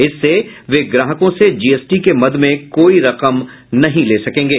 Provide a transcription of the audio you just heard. इससे वे ग्राहकों से जीएसटी के मद में कोई रकम नहीं ले सकेंगे